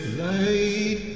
light